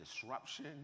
disruption